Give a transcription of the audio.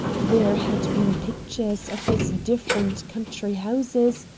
there had been pictures of his different country houses,